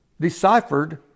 deciphered